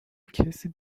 کسی